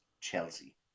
Chelsea